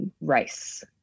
race